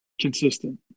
consistent